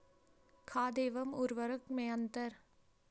खाद एवं उर्वरक में अंतर?